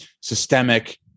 systemic